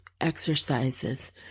exercises